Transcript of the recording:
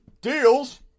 deals